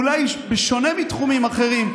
אולי בשונה מתחומים אחרים,